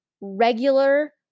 regular